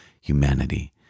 humanity